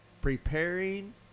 preparing